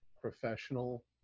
professional